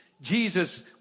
Jesus